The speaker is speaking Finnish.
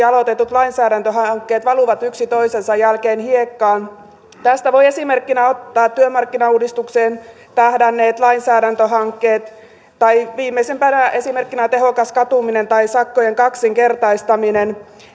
aloitetut lainsäädäntöhankkeet valuvat yksi toisensa jälkeen hiekkaan tästä voi esimerkkinä ottaa työmarkkinauudistukseen tähdänneet lainsäädäntöhankkeet tai viimeisimpänä esimerkkinä tehokkaan katumisen tai sakkojen kaksinkertaistamisen